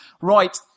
right